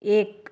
एक